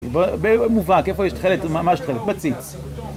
במובהק, איפה יש את תכלת, ממש תכלת? בציץ.